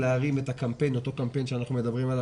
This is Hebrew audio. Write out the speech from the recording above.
להרים את אותו קמפיין עליו אנחנו מדברים.